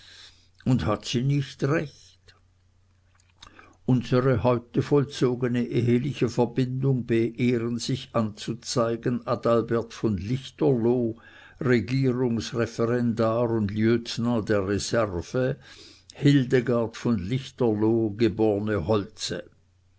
und hat sie nicht recht unsere heut vollzogene eheliche verbindung beehren sich anzuzeigen adalbert von lichterloh regierungsreferendar und lieutenant der reserve hildegard von lichterloh geb holtze